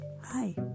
hi